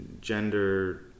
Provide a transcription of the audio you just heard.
gender